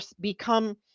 become